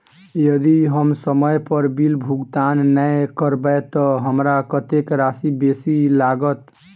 यदि हम समय पर बिल भुगतान नै करबै तऽ हमरा कत्तेक राशि बेसी लागत?